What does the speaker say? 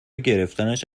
گرفتنش